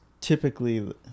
typically